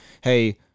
hey